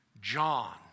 John